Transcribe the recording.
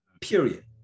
period